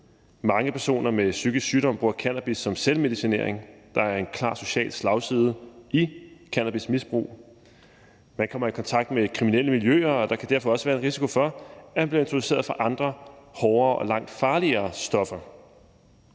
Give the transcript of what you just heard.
Mange personer med psykisk sygdom bruger cannabis som selvmedicinering. Der er en klar social slagside i cannabismisbrug, man kommer i kontakt med kriminelle miljøer, og der kan derfor også være en risiko for, at man bliver introduceret til andre hårde og langt farligere stoffer.